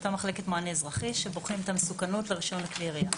מאותה מחלקת מענה אזרחי שבוחנת את המסוכנות לרישיון לכלי ירייה.